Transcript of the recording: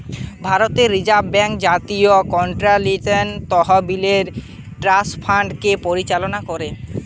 ভারতের reserve bank জাতীয় electronic তহবিল ট্রান্সফার কে পরিচালনা করেটে